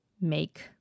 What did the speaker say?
make